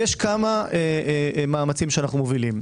יש כמה מאמצים שאנו מובילים.